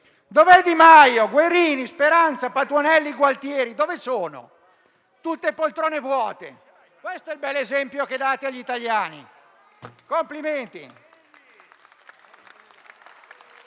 sono Di Maio, Guerini, Speranza, Patuanelli e Gualtieri? Dove sono? Tutte poltrone vuote. Questo è il bell'esempio che date agli italiani. Complimenti!